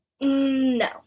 No